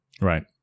Right